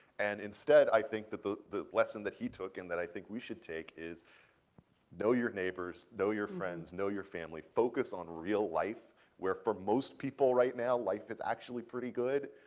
and, instead, i think that the the lesson that he took, and that i think we should take, is know your neighbors, know your friends, know your family, focus on real life where for most people right now life is actually pretty good.